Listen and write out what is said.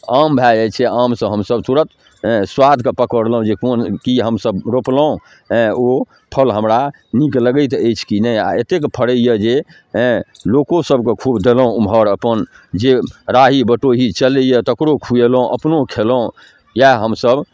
आम भऽ जाए छै आमसँ हमसब तुरन्त सुआदके पकड़लहुँ जे कोन कि हमसभ रोपलहुँ ओ फल हमरा नीक लगैत अछि कि नहि आओर एतेक फड़ैए जे लोकोसभके खूब देलहुँ ओम्हर अपन जे राही बटोही चलैए तकरो खुएलहुँ अपनो खेलहुँ इएह हमसभ